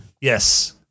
Yes